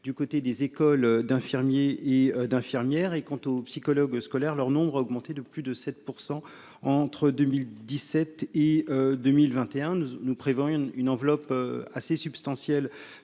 du côté des écoles d'infirmiers et d'infirmières et quant aux psychologues scolaires, leur nombre a augmenté de plus de 7 % entre 2017 et 2021, nous prévoyons une enveloppe assez substantiel